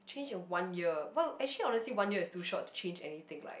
change in one year well actually honestly one year is too short to change anything like